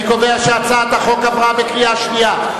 אני קובע שהצעת החוק עברה בקריאה שנייה.